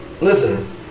Listen